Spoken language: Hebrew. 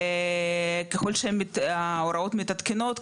וככל שההוראות מתעדכנות,